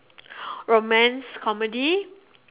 romance comedy